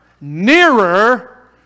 nearer